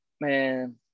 man